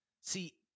see